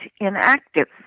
inactive